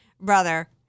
brother